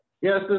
yes